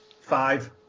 Five